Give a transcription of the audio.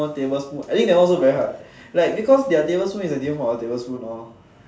one tablespoon I think that one also very hard like because their tablespoon also different from our tablespoon lor